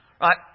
right